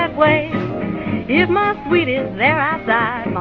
way if my sweetie's there outside,